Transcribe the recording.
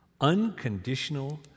Unconditional